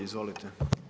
Izvolite.